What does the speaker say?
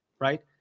Right